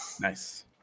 Nice